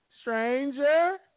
stranger